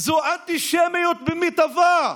זו אנטישמיות במיטבה.